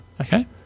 Okay